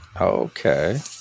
Okay